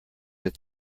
that